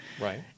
right